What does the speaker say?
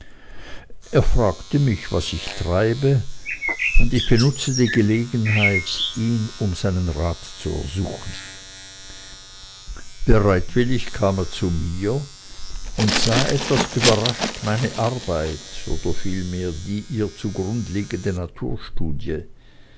er fragte mich was ich treibe und ich benutzte die gelegenheit ihn um seinen rat zu ersuchen bereitwillig kam er zu mir und sah etwas überrascht meine arbeit oder vielmehr die ihr zugrund liegende naturstudie